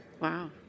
Wow